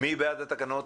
מי בעד התקנות?